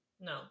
No